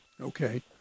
Okay